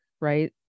right